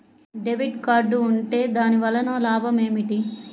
Debit card ఉంటే దాని వలన లాభం ఏమిటీ?